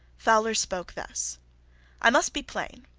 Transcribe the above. fowler spoke thus i must be plain.